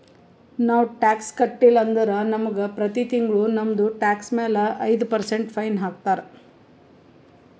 ನಾವು ಟ್ಯಾಕ್ಸ್ ಕಟ್ಟಿಲ್ಲ ಅಂದುರ್ ನಮುಗ ಪ್ರತಿ ತಿಂಗುಳ ನಮ್ದು ಟ್ಯಾಕ್ಸ್ ಮ್ಯಾಲ ಐಯ್ದ ಪರ್ಸೆಂಟ್ ಫೈನ್ ಹಾಕ್ತಾರ್